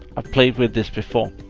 i've played with this before.